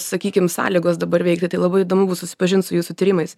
sakykim sąlygos dabar veikti tai labai įdomu bus susipažint su jūsų tyrimais